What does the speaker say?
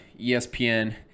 ESPN –